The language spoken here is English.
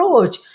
approach